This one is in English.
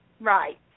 Right